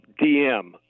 DM